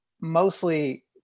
mostly